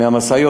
מהמשאיות,